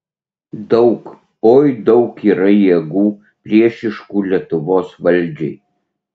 daug oi daug yra jėgų priešiškų lietuvos valdžiai